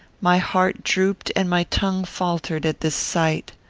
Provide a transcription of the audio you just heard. my heart drooped and my tongue faltered at this sight.